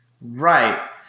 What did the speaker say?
Right